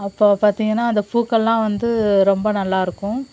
அப்போ பார்த்தீங்கன்னா அந்த பூக்கள்லாம் வந்து ரொம்ப நல்லாருக்கும்